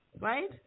right